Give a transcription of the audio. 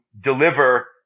deliver